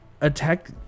attack